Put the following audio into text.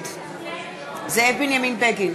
נגד זאב בנימין בגין,